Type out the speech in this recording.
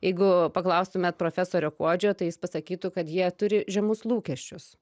jeigu paklaustumėt profesorio kuodžio tai jis pasakytų kad jie turi žemus lūkesčius